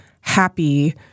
happy